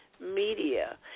Media